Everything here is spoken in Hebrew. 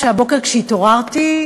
הבוקר כשהתעוררתי,